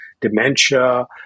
dementia